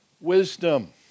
wisdom